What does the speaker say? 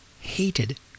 hated